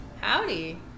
howdy